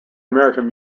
american